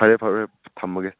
ꯐꯔꯦ ꯐꯔꯦ ꯊꯝꯂꯒꯦ